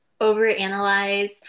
overanalyze